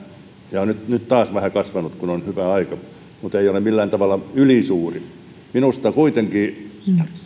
ja se on nyt nyt taas vähän kasvanut kun on hyvä aika mutta ei ole millään tavalla ylisuuri minusta kuitenkin